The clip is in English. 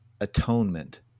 atonement